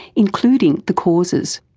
including the causes.